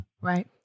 Right